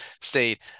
state